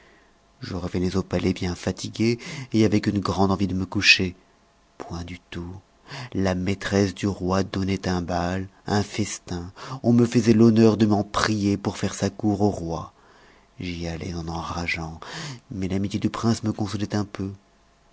je revenais au palais bien fatigué et avec une grande envie de me coucher point du tout la maîtresse du roi donnait un bal un festin on me faisait l'honneur de m'en prier pour faire sa cour au roi j'y allais en enrageant mais l'amitié du prince me consolait un peu